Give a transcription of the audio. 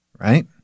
right